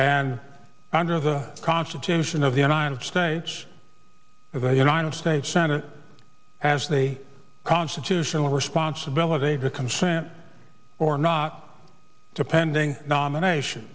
and under the constitution of the united states of the united states senate has the constitutional responsibility to consent or not depending nomination